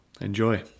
Enjoy